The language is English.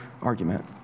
argument